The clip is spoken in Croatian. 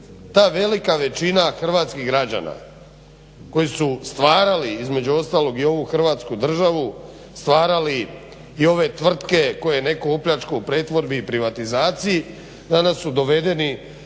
ta velika većina hrvatskih građana koji su stvarali između ostalog i ovu Hrvatsku državu, stvarali i ove tvrtke koje je netko opljačkao u pretvorbi i privatizaciji danas su dovedeni